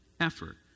effort